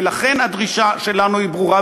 ולכן הדרישה שלנו היא ברורה,